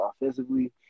offensively